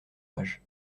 pages